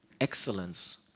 excellence